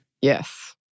Yes